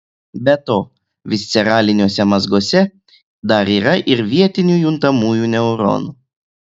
be to visceraliniuose mazguose dar yra ir vietinių juntamųjų neuronų